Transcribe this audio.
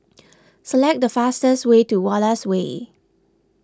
select the fastest way to Wallace Way